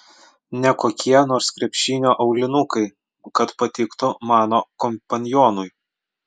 ne kokie nors krepšinio aulinukai kad patiktų mano kompanionui